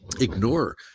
ignore